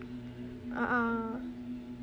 a'ah